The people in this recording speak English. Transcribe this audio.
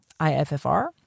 IFFR